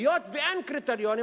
היות שאין קריטריונים,